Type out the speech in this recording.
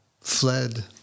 fled